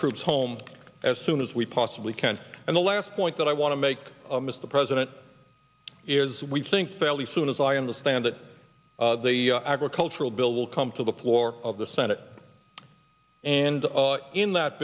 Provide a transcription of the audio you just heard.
troops home as soon as we possibly can and the last point that i want to make mr president is we think fairly soon as i understand it the agricultural bill will come to the floor of the senate and in that